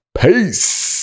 peace